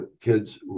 kids